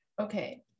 okay